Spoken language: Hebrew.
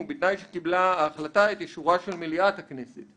"ובתנאי שקיבלה ההחלטה את אישורה של מליאת הכנסת".